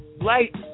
light